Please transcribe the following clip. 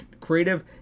creative